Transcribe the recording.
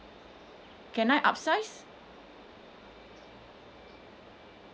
can I upsize